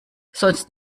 sonst